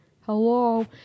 hello